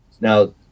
Now